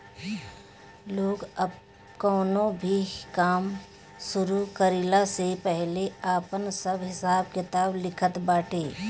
लोग कवनो भी काम शुरू कईला से पहिले आपन सब हिसाब किताब लिखत बाटे